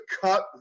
cut